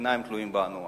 הפלסטינים תלויים בנו.